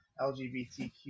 LGBTQ